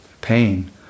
pain